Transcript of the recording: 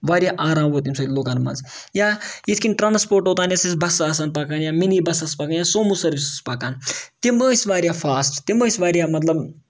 واریاہ آرام ووت اَمہِ سۭتۍ لُکن منٛز یا یِتھے کٔنۍ ٹرانَسپوٹ اوتانۍ ٲسۍ اَسہِ بَسہٕ آسان پَکان یا مِنی بَسہٕ آسہٕ پَکان یا سوٗمو سٔروِس پَکان تِم ٲسۍ واریاہ فاسٹ تِم ٲسۍ مطلب